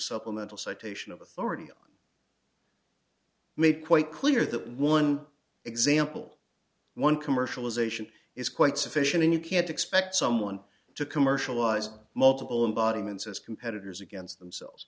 supplemental citation of authority made quite clear that one example one commercialization is quite sufficient and you can't expect someone to commercialize multiple embodiments as competitors against themselves